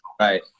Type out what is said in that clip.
right